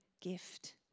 gift